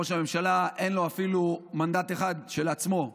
ראש הממשלה, אין לו אפילו מנדט אחד, של עצמו.